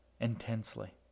Intensely